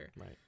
Right